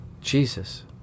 Jesus